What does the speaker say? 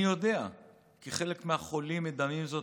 אני יודע כי חלק מהחולים מדמים זאת